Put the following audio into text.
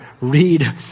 read